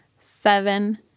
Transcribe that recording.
seven